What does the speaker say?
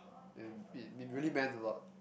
then it it really meant a lot